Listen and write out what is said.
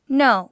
no